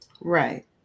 Right